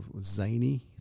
zany